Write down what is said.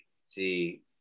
see